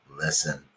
listen